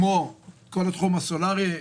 כמו כל התחום הסולרי.